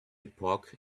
epoch